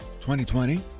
2020